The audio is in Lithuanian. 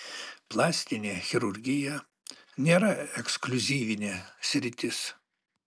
plastinė chirurgija nėra ekskliuzyvinė sritis